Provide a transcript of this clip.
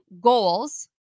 goals